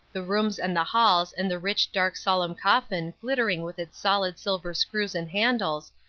the rooms and the halls and the rich, dark solemn coffin glittering with its solid silver screws and handles,